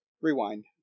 Rewind